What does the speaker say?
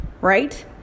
right